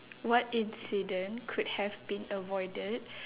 what incident could have been avoided